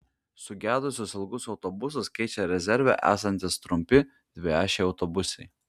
sugedusius ilgus autobusus keičia rezerve esantys trumpi dviašiai autobusai